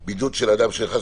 החדש (הוראת שעה)(בידוד של אדם שנכנס